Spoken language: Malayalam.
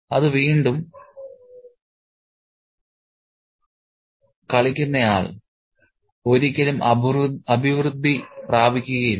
അത് വീണ്ടും കളിക്കുന്നയാൾ പേഴ്സൺ ഒരിക്കലും അഭിവൃദ്ധി പ്രോസ്പെർ പ്രാപിക്കുകയില്ല